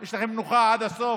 יש לכם מנוחה עד הסוף,